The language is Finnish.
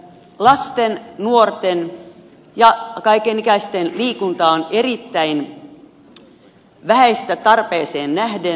lasten nuorten ja kaikenikäisten liikunta on erittäin vähäistä tarpeeseen nähden